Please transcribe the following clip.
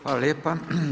Hvala lijepa.